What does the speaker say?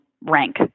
rank